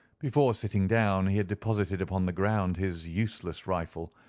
before sitting down, he had deposited upon the ground his useless rifle,